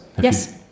yes